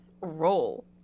roll